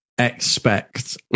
expect